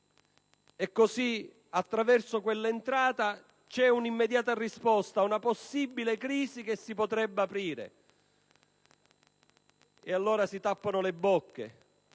e così, attraverso quell'entrata, c'è un'immediata risposta ad una possibile crisi che si potrebbe aprire; allora si tappano le bocche,